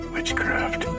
Witchcraft